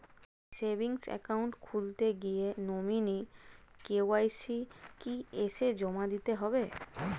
Savings account খুলতে গিয়ে nominee KYC কি এসে জমা দিতে হবে?